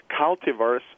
cultivars